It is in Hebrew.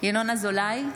ינון אזולאי,